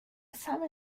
same